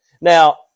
Now